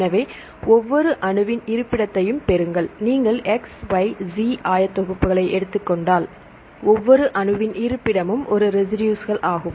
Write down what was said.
எனவே ஒவ்வொரு அணுவின் இருப்பிடத்தையும் பெறுங்கள் நீங்கள் x y z ஆயத்தொகுப்புகளை எடுத்துக் கொண்டால் ஒவ்வொரு அணுவின் இருப்பிடமும் ஒரு ரெசிடுஸ் ஆகும்